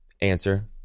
answer